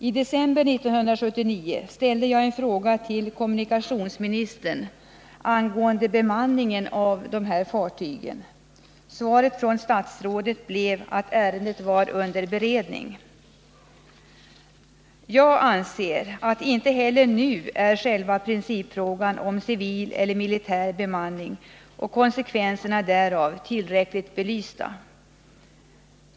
I december 1979 ställde jag en fråga till kommunikationsministern angående bemanningen av dessa fartyg. Svaret från statsrådet blev att Jag anser att inte heller nu är själva principfrågan om civil eller militär bemanning och konsekvenserna därav tillräckligt belyst.